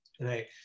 Right